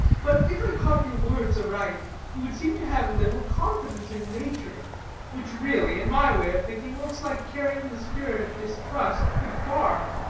but if i caught your words aright, you would seem to have little confidence in nature which, really, in my way of thinking, looks like carrying the spirit of distrust pretty far.